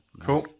Cool